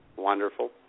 wonderful